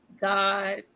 God